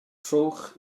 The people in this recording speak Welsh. trowch